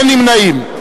אין נמנעים.